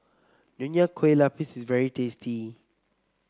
Nonya Kueh Lapis is very tasty